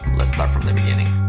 let's start from the beginning.